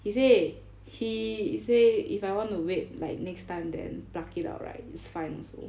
he say he say if I want to wait like next time then pluck it out right is fine also